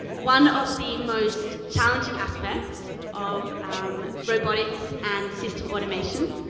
one of the most challenging aspects of um robotics and system automation,